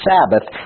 Sabbath